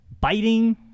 biting